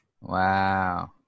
Wow